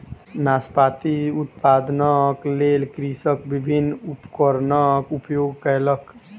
नाशपाती उत्पादनक लेल कृषक विभिन्न उपकरणक उपयोग कयलक